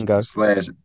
slash